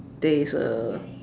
there's a